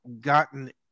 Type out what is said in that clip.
gotten